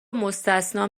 مستثنی